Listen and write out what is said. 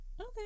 Okay